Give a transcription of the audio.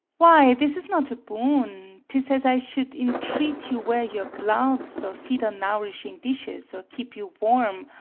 why, this is not a boon tis as i should entreat you wear your gloves, or feed on nourishing dishes, or keep you warm,